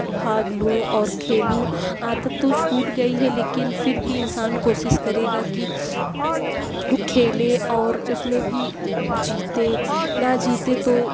بھاگ لوں اور کھیلوں عادت تو چھوٹ گئی ہے لیکن پھر بھی انسان کوشش کرے گا کہ کھیلے اور اس میں بھی جیتے نہ جیتے تو